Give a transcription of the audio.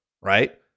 right